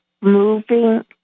moving